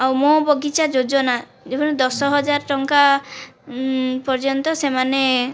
ଆଉ ମୋ' ବଗିଚା ଯୋଜନା ଯେଉଁ ଦଶ ହଜାର ଟଙ୍କା ପର୍ଯ୍ୟନ୍ତ ସେମାନେ